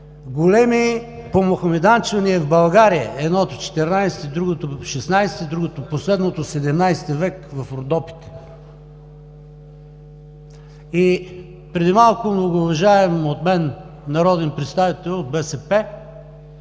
големи помохамеданчвания в България – едното XIV век, другото ХVI век, последното XVII век, в Родопите. Преди малко многоуважаем от мен народен представител от БСП